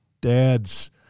dads